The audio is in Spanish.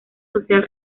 social